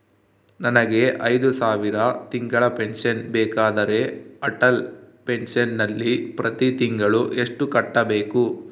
ನನಗೆ ಐದು ಸಾವಿರ ತಿಂಗಳ ಪೆನ್ಶನ್ ಬೇಕಾದರೆ ಅಟಲ್ ಪೆನ್ಶನ್ ನಲ್ಲಿ ಪ್ರತಿ ತಿಂಗಳು ಎಷ್ಟು ಕಟ್ಟಬೇಕು?